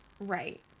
Right